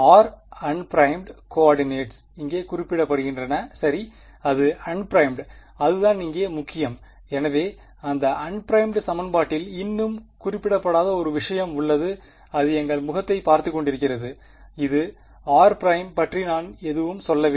மாணவர் r r unprimed coordinates இங்கே குறிக்கப்படுகின்றன சரி அது அன்பிரைமுட் அதுதான் இங்கே முக்கியம் எனவே இந்த அன்பிரைமுட் சமன்பாட்டில் இன்னும் குறிப்பிடப்படாத ஒரு விஷயம் உள்ளது அது எங்களை முகத்தில் பார்த்துக் கொண்டிருக்கிறது இது r′ பற்றி நான் எதுவும் சொல்லவில்லை